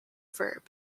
verb